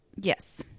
Yes